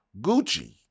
Gucci